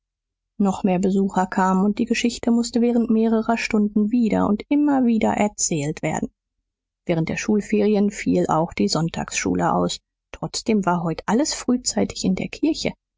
noch mehr besucher kamen und die geschichte mußte während mehrerer stunden wieder und immer wieder erzählt werden während der schulferien fiel auch die sonntagsschule aus trotzdem war heut alles frühzeitig in der kirche